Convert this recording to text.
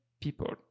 people